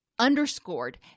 underscored